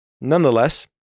nonetheless